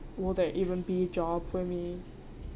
will there even be a job for me